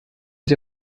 sie